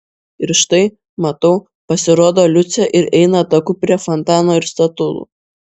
ir štai matau pasirodo liucė ir eina taku prie fontano ir statulų